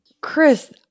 Chris